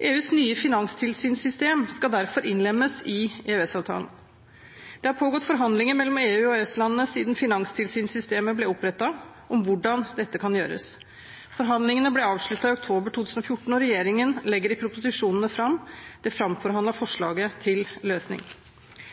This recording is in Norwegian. EUs nye finanstilsynssystem skal derfor innlemmes i EØS-avtalen. Det har pågått forhandlinger mellom EU og EØS-landene siden finanstilsynssystemet ble opprettet, om hvordan dette kan gjøres. Forhandlingene ble avsluttet i oktober 2014, og regjeringen legger i proposisjonene fram det